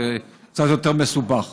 זה קצת יותר מסובך.